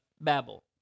Babel